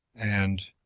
and